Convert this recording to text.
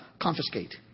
confiscate